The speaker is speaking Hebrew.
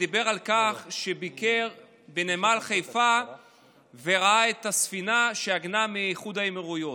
ודיבר על כך שביקר בנמל חיפה וראה את הספינה שעגנה מאיחוד האמירויות.